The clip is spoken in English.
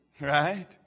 Right